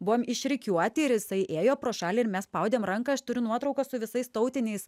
buvom išrikiuoti ir jisai ėjo pro šalį ir mes spaudėm ranką aš turiu nuotrauką su visais tautiniais